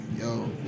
yo